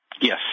Yes